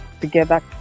together